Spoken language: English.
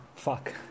Fuck